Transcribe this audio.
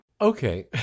Okay